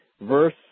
verse